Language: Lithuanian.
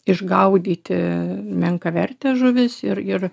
išgaudyti menkavertes žuvis ir ir